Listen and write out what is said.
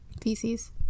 feces